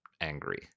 angry